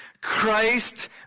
Christ